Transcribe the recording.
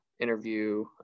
interview